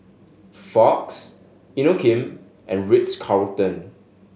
Fox Inokim and Ritz Carlton